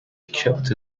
kept